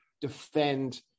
defend